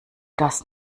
das